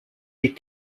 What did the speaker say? des